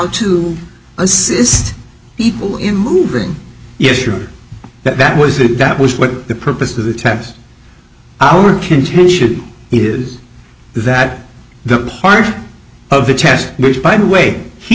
to assist people in moving yes sure that was it that was what the purpose of the test our contention is that the part of the test which by the way he